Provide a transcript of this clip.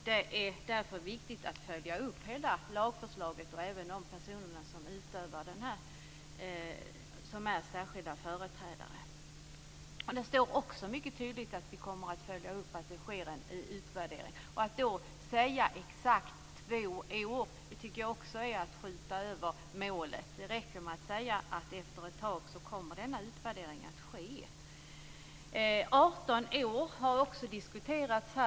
Det är därför viktigt att följa upp hela lagförslaget och även de personer som utses till särskilda företrädare. Det står också mycket tydligt att vi kommer att följa upp att det sker en utvärdering. Att då säga att det ska ske efter exakt två år tycker jag också är att skjuta över målet. Det räcker med att säga att efter ett tag kommer denna utvärdering att ske. Gränsen 18 år har diskuterats här.